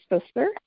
sister